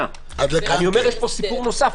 יש פה סיפור נוסף.